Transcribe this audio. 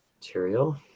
material